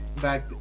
back